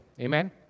Amen